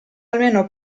almeno